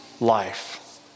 life